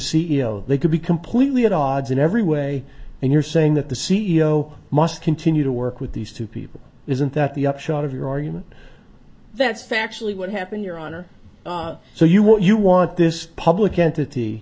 o they could be completely at odds in every way and you're saying that the c e o must continue to work with these two people isn't that the upshot of your argument that's factually what happened your honor so you want you want this public entity